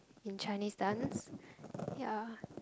in Chinese dance ya